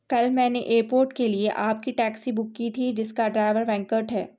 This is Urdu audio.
کل میں نے اےپورٹ کے لیے آپ کی ٹیکسی بک کی تھی جس کا ڈرائیور وینکٹ ہے